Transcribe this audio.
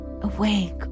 awake